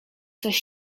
coś